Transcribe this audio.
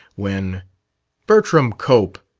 when bertram cope!